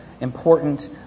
important